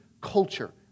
culture